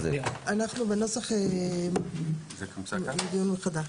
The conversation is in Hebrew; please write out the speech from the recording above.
מתייחסת לנוסח לדיון מחדש.